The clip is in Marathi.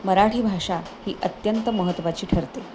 मराठी भाषा ही अत्यंत महत्त्वाची ठरते